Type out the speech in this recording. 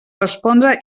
respondre